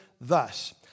thus